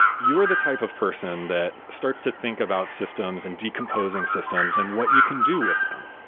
you are the type of person that starts to think about systems and decomposing systems and what you can do with them.